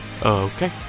Okay